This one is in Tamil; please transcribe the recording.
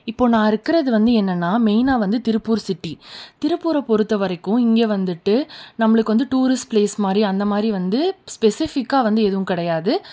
இப்போ நான் இருக்கிறது வந்து என்னெனா மெயினாக வந்து திருப்பூர் சிட்டி திருப்பூரை பொறுத்தவரைக்கும் இங்கே வந்துட்டு நம்மளுக்கு வந்து டூரிஸ்ட் பிளேஸ் மாதிரி அந்த மாதிரி வந்து ஸ்பெசிபிக்காக வந்து எதுவும் கிடையாது